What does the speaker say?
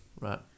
Right